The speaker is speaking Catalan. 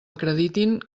acreditin